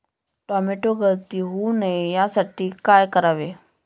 Tomato गळती होऊ नये यासाठी काय करावे?